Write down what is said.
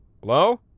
Hello